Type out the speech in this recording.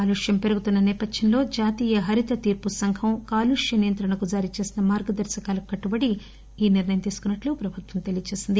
కాలుష్యం పెరుగుతున్న నేపథ్యంలో జాతీయ హరిత తీర్పు సంఘం కాలుష్య నియంత్రణకు జారీచేసిన మార్గదర్శకాలకు కట్టుబడి ఈ నిర్ణయం తీసుకున్నట్లు ప్రభుత్వం తెలియచేసింది